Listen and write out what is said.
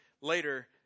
later